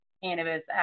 cannabis